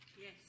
Yes